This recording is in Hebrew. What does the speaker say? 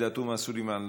עאידה תומא סלימאן,